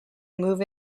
move